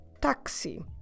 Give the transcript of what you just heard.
taxi